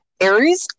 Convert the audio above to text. Aries